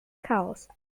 chaos